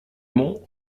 mont